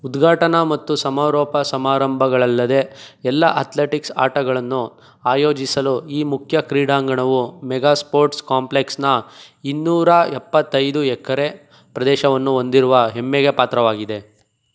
ಉದ್ಘಾಟನಾ ಮತ್ತು ಸಮಾರೋಪ ಸಮಾರಂಭಗಳಲ್ಲದೆ ಎಲ್ಲ ಅತ್ಲೆಟಿಕ್ಸ್ ಆಟಗಳನ್ನು ಆಯೋಜಿಸಲು ಈ ಮುಖ್ಯ ಕ್ರೀಡಾಂಗಣವು ಮೆಗಾ ಸ್ಪೋರ್ಟ್ಸ್ ಕಾಂಪ್ಲೆಕ್ಸ್ನ ಇನ್ನೂರ ಎಪ್ಪತ್ತೈದು ಎಕರೆ ಪ್ರದೇಶವನ್ನು ಹೊಂದಿರುವ ಹೆಮ್ಮೆಗೆ ಪಾತ್ರವಾಗಿದೆ